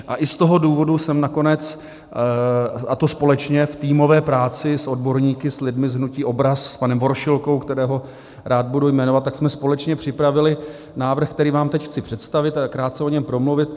A i z toho důvodu jsem nakonec, a to společně v týmové práci s odborníky, s lidmi z hnutí Obraz, s panem Voršilkou, kterého rád budu jmenovat, tak jsme společně připravili návrh, který vám teď chci představit a krátce o něm promluvit.